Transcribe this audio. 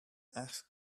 asked